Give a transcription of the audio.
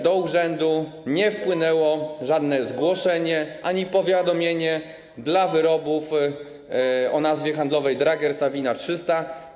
Do urzędu nie wpłynęło żadne zgłoszenie ani powiadomienie dla wyrobów o nazwie handlowej Draeger Savina 300.